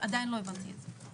עדיין לא הבנתי את זה.